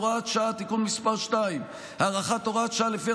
הוראת שעה) (תיקון מס' 2) הארכת הוראת השעה שלפיה